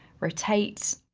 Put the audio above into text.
rotate,